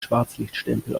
schwarzlichtstempel